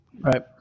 Right